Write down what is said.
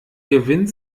gewinnt